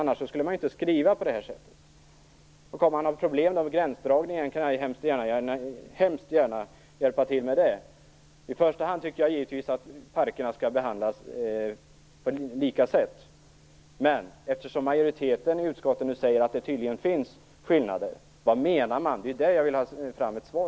Annars skulle man väl inte skriva på det här sättet. Om man har problem med gränsdragningarna, kan jag väldigt gärna hjälpa till. Jag tycker givetvis att parkerna skall behandlas lika. Men eftersom majoriteten i utskottet nu säger att det finns skillnader vill jag ha svar på vad man menar.